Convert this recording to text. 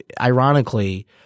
ironically